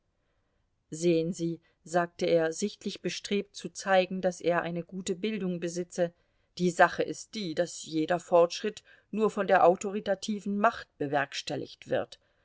sehen sie sagte er sichtlich bestrebt zu zeigen daß er eine gute bildung besitze die sache ist die daß jeder fortschritt nur von der autoritativen macht bewerkstelligt wird